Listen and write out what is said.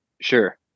Sure